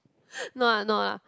no I'm not ah